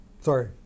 Sorry